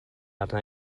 arna